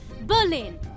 Berlin